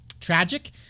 tragic